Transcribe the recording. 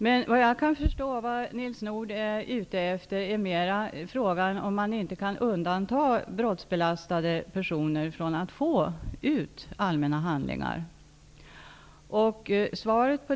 Såvitt jag förstår är Nils Nordh mera ute efter ett besked i frågan om man inte kan undanta brottsbelastade personer från möjligheten att få ut allmänna handlingar.